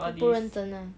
不认真 ah